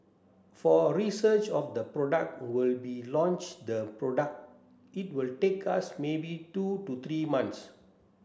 for a research of the product we'll be launch the product it will take us maybe two to three months